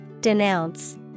Denounce